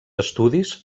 estudis